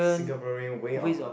Singaporean way of uh